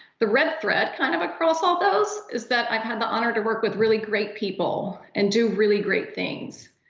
the red thread kind of across all those is that i've had the honor to work with really great people and do really great things.